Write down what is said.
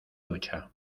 ducha